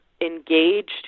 engaged